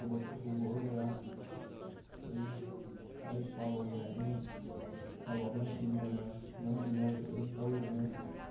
ꯊꯕꯛ ꯁꯨꯕ ꯑꯣꯏꯒꯦꯔꯥ ꯀꯔꯤ ꯂꯥꯏꯔꯤꯛ ꯄꯥꯕ ꯑꯣꯏꯒꯦꯔꯥ ꯑꯦꯅꯤ ꯊꯕꯛ ꯑꯃ ꯁꯤꯖꯤꯟꯅꯔꯒ ꯉꯝꯅꯤꯉꯥꯏꯁꯨ ꯑꯗꯨꯝ ꯇꯧꯏ ꯑꯩꯅ